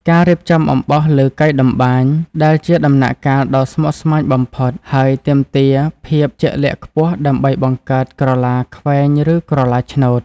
ការរៀបចំអំបោះលើកីតម្បាញ ដែលជាដំណាក់កាលដ៏ស្មុគស្មាញបំផុត ហើយទាមទារភាពជាក់លាក់ខ្ពស់ដើម្បីបង្កើតក្រឡាខ្វែងឬក្រឡាឆ្នូត។